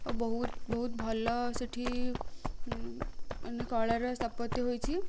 ଆଉ ବହୁତ ବହୁତ ଭଲ ସେଠି ମାନେ କଳାର ସ୍ଥାପତ୍ୟ ହୋଇଛି